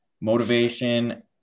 motivation